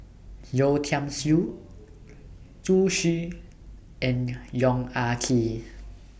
Yeo Tiam Siew Zhu Xu and Yong Ah Kee